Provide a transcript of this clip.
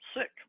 sick